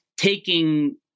taking